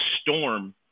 storm